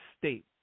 state